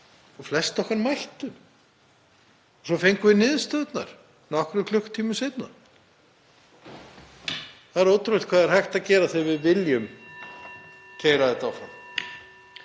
og flest okkar mættu. Svo fengum við niðurstöðurnar nokkrum klukkutímum seinna. Það er ótrúlegt hvað er hægt að gera þegar við viljum keyra hlutina áfram.